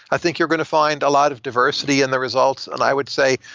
i think you're going to find a lot of diversity in the results. and i would say,